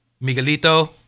Miguelito